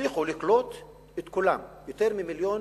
הצליחו לקלוט את כולם, יותר ממיליון,